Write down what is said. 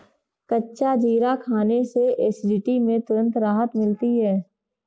कच्चा जीरा खाने से एसिडिटी में तुरंत राहत मिलती है